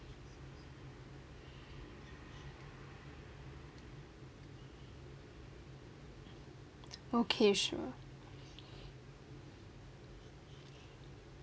okay sure